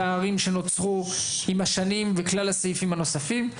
פערים שנוצרו עם השנים וכלל הסעיפים הנוספים.